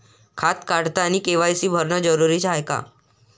खातं काढतानी के.वाय.सी भरनं जरुरीच हाय का?